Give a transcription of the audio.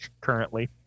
currently